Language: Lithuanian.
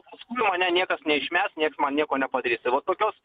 paskui mane niekas neišmes nieks man nieko nepadarys tai va tokios